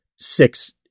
six